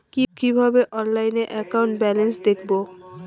কিভাবে অনলাইনে account balance দেখবো?